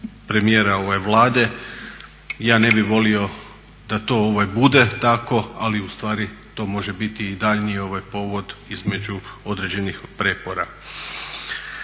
premijera Vlade. Ja ne bih volio da to bude tako, ali u stvari to može biti i daljnji povod između određenih prijepora.